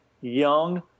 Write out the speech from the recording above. young